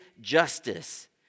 justice